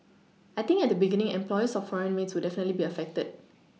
I think at the beginning employers of foreign maids will definitely be affected